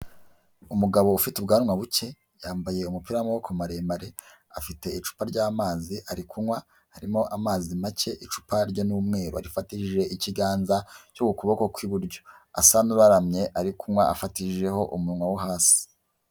Umugabo ufite ubwanwa buke yambaye umupi w'amaboko maremare, afite icupa ry'amazi ari kunywa harimo amazi make icupa rye, ni umweru arifatishije ikiganza cyo kuboko kw'iburyo, asa n'uraramye ari kunywa afatijeho umunwa wo hasi.